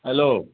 hello